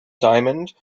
diamond